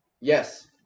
Yes